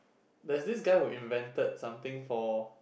there's this guy who invented something for